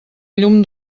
llum